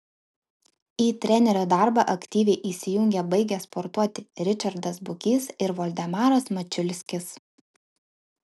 į trenerio darbą aktyviai įsijungė baigę sportuoti ričardas bukys ir voldemaras mačiulskis